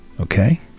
Okay